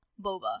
boba